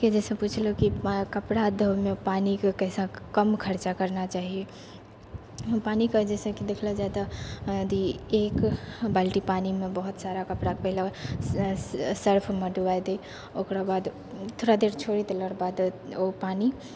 जैसे पूछलहुँ कि कपड़ा धोबैमे पानीके कैसे कम खरचा करना चाही पानीके जैसेकि देखल जाइ तऽ अथी एक बालटी पानीमे बहुत सारा कपड़ा पहिले सर्फमे डुबा दिऔ ओकरा बाद थोड़ा देर छोड़ि देलहुँ बादमे ओ पानी